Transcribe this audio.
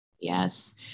Yes